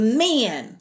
men